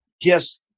yes